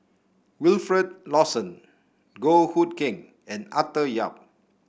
Wilfed Lawson Goh Hood Keng and Arthur Yap